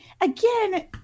again